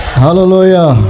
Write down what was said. hallelujah